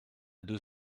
deux